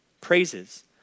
praises